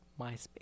MySpace